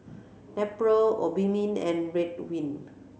Nepro Obimin and Ridwind